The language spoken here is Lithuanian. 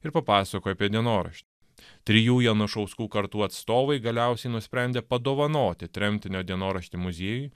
ir papasakojo apie dienoraštį trijų janušauskų kartų atstovai galiausiai nusprendė padovanoti tremtinio dienoraštį muziejui